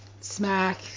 smack